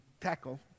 tackle